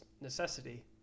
necessity